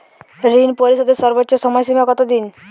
ঋণ পরিশোধের সর্বোচ্চ সময় সীমা কত দিন?